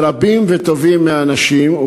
ורבים וטובים מהאנשים,